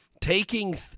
taking